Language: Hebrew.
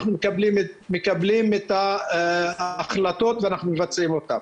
אנחנו מקבלים את ההחלטות ואנחנו מבצעים אותן.